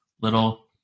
little